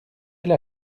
elle